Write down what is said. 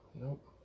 Nope